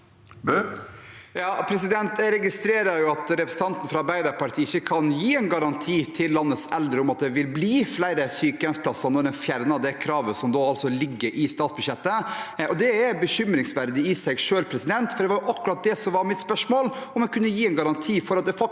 Jeg registrerer at representanten fra Arbeiderpartiet ikke kan gi en garanti til landets eldre om at det vil bli flere sykehjemsplasser når en fjerner det kravet som ligger i statsbudsjettet. Det er bekymringsverdig i seg selv, for det var akkurat det som var mitt spørsmål – om en kan gi en garanti for at det vil